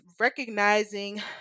recognizing